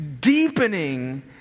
deepening